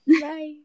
Bye